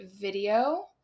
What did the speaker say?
video